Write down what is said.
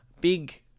Big